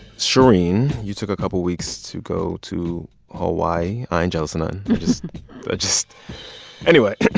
shereen, you took a couple weeks to go to hawaii. i'm jealous and and just ah just anyway,